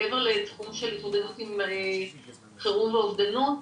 מעבר לתחום של התמודדות עם חירום או אובדנות,